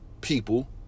people